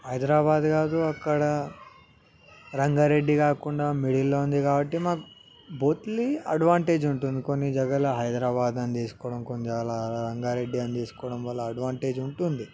హైదరాబాదు కాదు అక్కడ రంగారెడ్డి కాకుండా మిడిల్లో ఉంది కాబట్టి బోతిలి అడ్వాంటేజ్ ఉంటుంది కొన్ని జగల హైదరాబాద్ అని తీసుకోవడం కొన్ని జగల అలా అలా రంగారెడ్డి అని తీసుకోవడం వల్ల అడ్వాంటేజ్ ఉంటుంది